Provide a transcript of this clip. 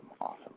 Awesome